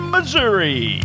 Missouri